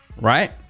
right